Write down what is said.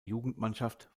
jugendmannschaft